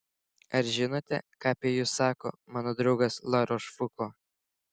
ar žinote ką apie jus sako mano draugas larošfuko